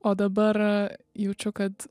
o dabar jaučiu kad